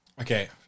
Okay